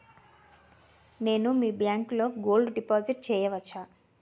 నేను మీ బ్యాంకులో గోల్డ్ డిపాజిట్ చేయవచ్చా?